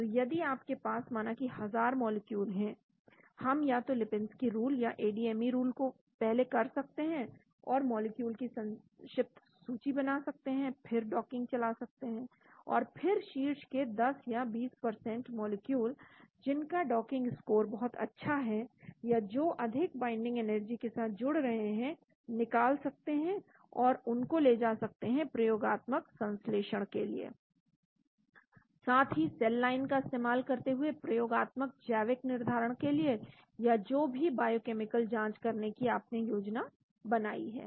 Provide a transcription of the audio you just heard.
तो यदि आपके पास माना कि हजार मॉलिक्यूल है हम या तो लिपिंस्की रूल या एडीएमई रूल को पहले कर सकते हैं और मॉलिक्यूल की संक्षिप्त सूची बना सकते हैं फिर डॉकिंग चला सकते हैं और फिर शीर्ष के 10 या 20 मॉलिक्यूल जिनका डॉकिंग स्कोर बहुत अच्छा है या जो अधिक बाइंडिंग एनर्जी के साथ बहुत अच्छा जुड़ रहे हैं निकाल सकते हैं और फिर उनको ले जा सकते हैं प्रयोगात्मक संश्लेषण के लिए साथ ही सेल लाइन का इस्तेमाल करते हुए प्रयोगात्मक जैविक निर्धारण के लिए या जो भी बायोकेमिकल जांच करने की आपने योजना बनाई है